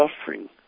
suffering